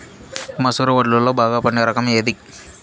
మసూర వడ్లులో బాగా పండే రకం ఏది?